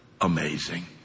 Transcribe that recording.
amazing